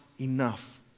enough